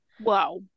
wow